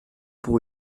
pour